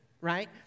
right